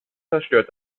zerstört